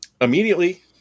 immediately